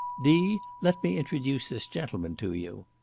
d let me introduce this gentleman to you.